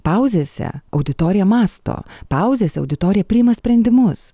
pauzėse auditorija mąsto pauzėse auditorija priima sprendimus